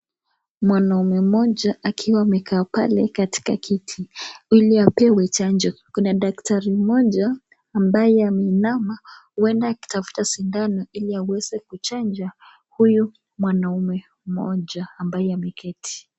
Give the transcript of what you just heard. Mwanaume mmoja akiwa amekaa pale katika kiti ili apewe chanjo, kuna daktari mmoja ambaye ameinama huwenda akitafuta sindano ili aweze kuchanja huyu mwanaume mmoja ambaye ameketi.